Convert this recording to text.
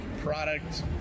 product